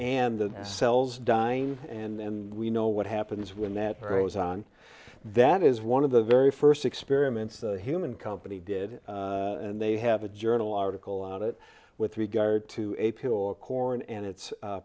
and the cells die and then we know what happens when that was on that is one of the very first experiments a human company did and they have a journal article out it with regard to a pill for corn and its